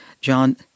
John